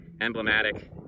emblematic